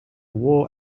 war